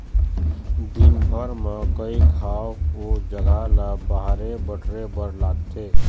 दिनभर म कइ घांव ओ जघा ल बाहरे बटरे बर लागथे